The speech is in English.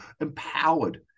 empowered